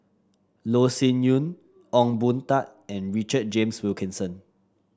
Loh Sin Yun Ong Boon Tat and Richard James Wilkinson